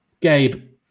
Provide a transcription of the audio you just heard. Gabe